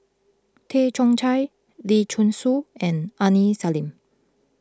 Tay Chong Hai Lee Choon Seng and Aini Salim